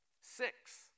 Six